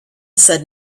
said